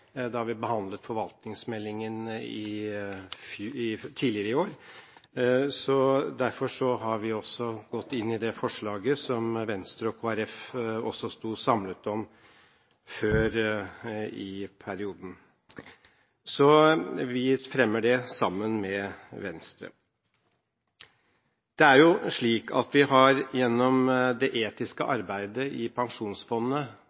da vi behandlet forvaltningsmeldingen tidligere i år. Derfor har vi også gått inn for det forslaget som Venstre og Kristelig Folkeparti også sto samlet om før i perioden. Vi fremmer det sammen med Venstre. Det er slik at vi gjennom det etiske